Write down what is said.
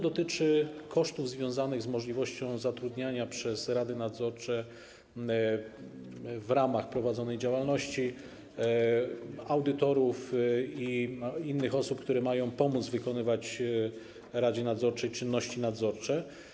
Dotyczy ono kosztów związanych z możliwością zatrudniania przez rady nadzorcze w ramach prowadzonej działalności audytorów i innych osób, które mają pomóc radzie nadzorczej wykonywać czynności nadzorcze.